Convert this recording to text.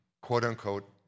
quote-unquote